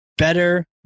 Better